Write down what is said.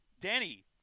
Danny